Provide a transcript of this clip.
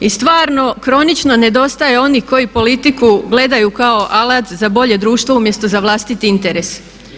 I stvarno kronično nedostaje onih koji politiku gledaju kao alat za bolje društvo umjesto za vlastiti interes.